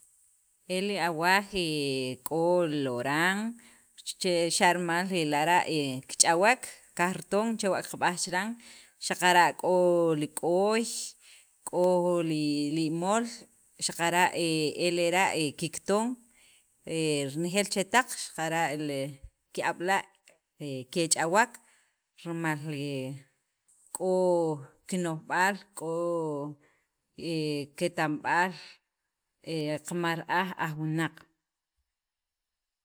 El li awaj e k'o loran che xa' rimal lara' he kich'awek, kajriton chewa' qab'aj chiran, xaqara' k'o li k'oy, k'o li li imol xaqara' he lera' kikton renejeel chetaq xaqara' ki'ab' la' kech'awek, rimal he k'o kino'jb'aal, k'o keta'mb'aal he qamal ra'aj aj wunaq.